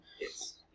Yes